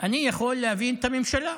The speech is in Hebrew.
אני יכול להבין את הממשלה,